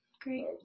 Great